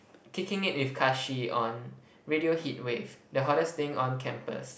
kicking it with Kahshee on radio heatwave the hottest thing on campus